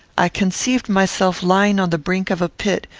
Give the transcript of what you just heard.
i conceived myself lying on the brink of a pit,